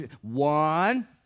One